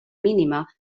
mínima